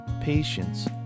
patience